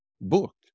book